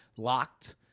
locked